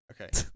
Okay